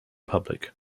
public